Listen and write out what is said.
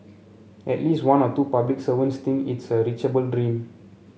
at least one or two public servants think it's a reachable dream